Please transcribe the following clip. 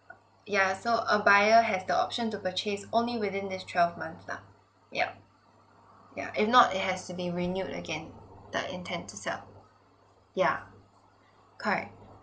yeah so a buyer has the option to purchase only within these twelve months lah yup yeah if not it has to be renewed again the intent to sell yeah correct